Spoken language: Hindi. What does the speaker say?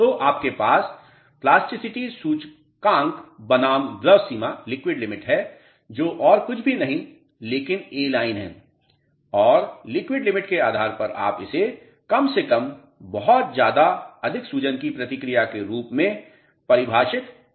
तो आपके पास प्लास्टिसिटी सूचकांक बनाम द्रव सीमा लिक्विड लिमिट हैं जो और कुछ भी नहीं लेकिन ए लाइन है और लिक्विड लिमिट के आधार पर आप इसे कम से बहुत ज्यादा अधिक सूजन की प्रतिक्रिया के रूप में परिभाषित कर सकते हैं